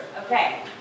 Okay